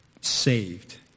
saved